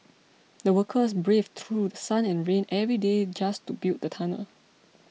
the workers braved through sun and rain every day just to build the tunnel